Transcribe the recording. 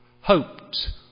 hoped